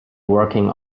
working